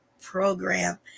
program